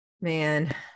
Man